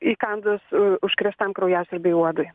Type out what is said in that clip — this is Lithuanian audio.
įkandus užkrėstam kraujasiurbiui uodui